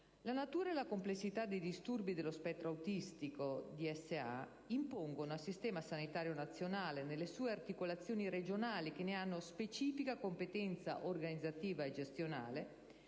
La natura e la complessità dei disturbi dello spettro autistico (DSA) impongono al Sistema sanitario nazionale, nelle sue articolazioni regionali che ne hanno specifica competenza organizzativa e gestionale,